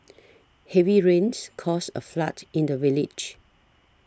heavy rains caused a flood in the village